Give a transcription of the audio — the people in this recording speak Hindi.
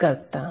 करता हूं